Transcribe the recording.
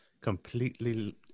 completely